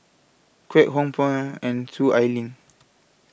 Kwek Hong Png and Soon Ai Ling